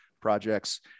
projects